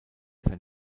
sein